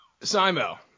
Simo